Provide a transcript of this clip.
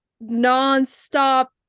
non-stop